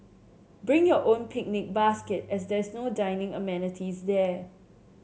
bring your own picnic basket as there's no dining amenities there